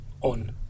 on